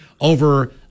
over